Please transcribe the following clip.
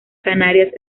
canarias